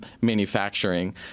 manufacturing